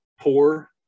poor